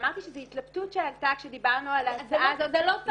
אמרתי שזו התלבטות שעלתה כשדיברנו על ההצעה הזאת,